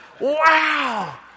wow